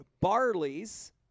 Barley's